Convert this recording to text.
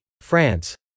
France